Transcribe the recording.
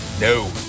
No